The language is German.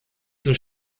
zur